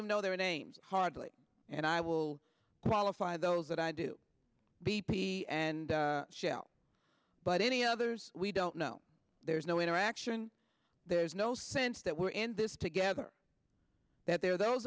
even know their names hardly and i will qualify those that i do b p and shell but any others we don't know there's no interaction there's no sense that we're in this together that there are those